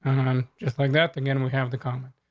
just like that again, we have the comment.